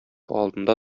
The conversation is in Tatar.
алдында